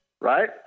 right